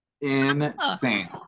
insane